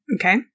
Okay